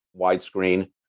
widescreen